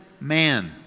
man